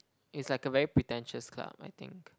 it's like a very pretentious club I think